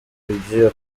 ibyuya